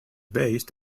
based